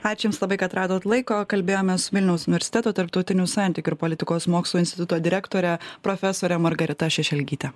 ačiū jums labai kad radot laiko kalbėjomės su vilniaus universiteto tarptautinių santykių ir politikos mokslų instituto direktore profesore margarita šešelgyte